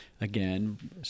Again